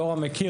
יורם מכיר,